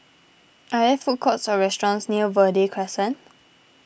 are there food courts or restaurants near Verde Crescent